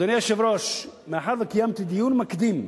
אדוני היושב-ראש, מאחר שקיימתי דיון מקדים בחוק,